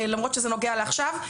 למרות שזה נוגע לעכשיו,